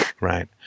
Right